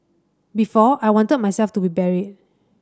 before I wanted myself to be buried